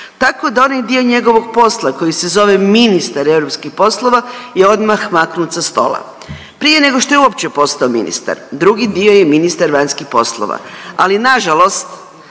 Tako da onaj dio njegovog posla koji se zove ministar europskih poslova je odmah maknut sa stola. Prije nego što je uopće postao ministar, drugi dio je ministar vanjskih poslova, ali nažalost